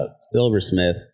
silversmith